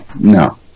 No